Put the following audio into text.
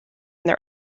their